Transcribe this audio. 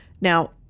Now